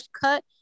cut